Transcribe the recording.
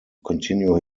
continue